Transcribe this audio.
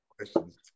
questions